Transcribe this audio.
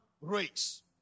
race